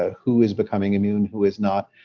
ah who is becoming immune, who is not,